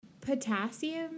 potassium